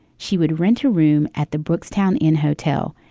she would rent a room at the books town in hotel.